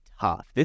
tough